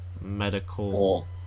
medical